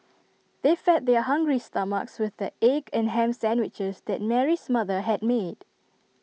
they fed their hungry stomachs with the egg and Ham Sandwiches that Mary's mother had made